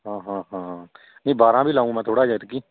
ਹਾਂ ਹਾਂ ਹਾਂ ਨਹੀਂ ਬਾਰਾਂ ਵੀ ਲਗਾਊਂ ਮੈਂ ਥੋੜ੍ਹਾ ਜਿਹਾ ਐਂਤਕੀ